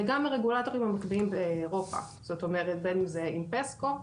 וגם הרגולטורים המקבילים באירופה בין אם זה עם PESCO,